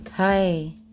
Hi